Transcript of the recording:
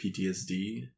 PTSD